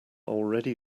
already